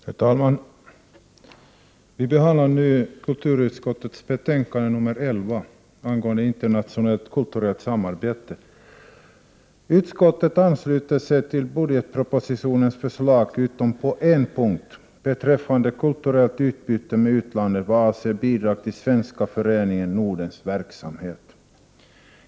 Herr talman! Vi behandlar nu kulturutskottets betänkande nr 11 angående internationellt kulturellt samarbete. Utskottet ansluter sig till budgetpropositionens förslag utom på en punkt, beträffande kulturellt utbyte med utlandet i vad avser bidrag till Svenska Föreningen Nordens verksamhet.